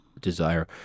desire